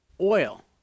oil